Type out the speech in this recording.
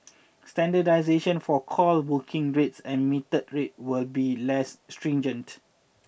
standardisation for call booking rates and metered rates will be less stringent